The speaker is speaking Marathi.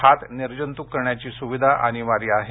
हात निर्जंत्रक करण्याची सुविधा अनिवार्य आहे